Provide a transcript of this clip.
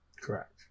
Correct